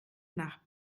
nach